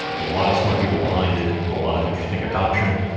a lot of smart people behind it. a lot of interesting adaption.